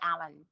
Alan